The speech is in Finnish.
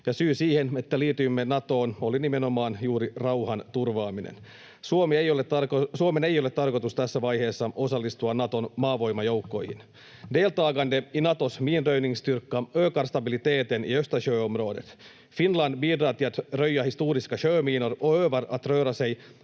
syy siihen, että liityimme Natoon, oli nimenomaan juuri rauhan turvaaminen. Suomen ei ole tarkoitus tässä vaiheessa osallistua Naton maavoimajoukkoihin. Deltagandet i Natos minröjningsstyrka ökar stabiliteten i Östersjöområdet. Finland bidrar till att röja historiska sjöminor och övar på att röra sig